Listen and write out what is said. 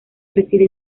reside